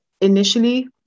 initially